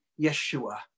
Yeshua